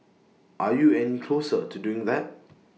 are you any closer to doing that